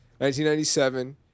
1997